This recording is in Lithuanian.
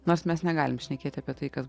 nors mes negalim šnekėti apie tai kas